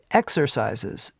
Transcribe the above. exercises